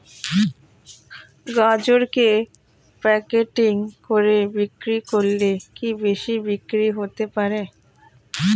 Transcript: গাজরকে প্যাকেটিং করে বিক্রি করলে কি বেশি বিক্রি হতে পারে?